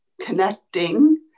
connecting